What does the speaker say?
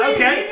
Okay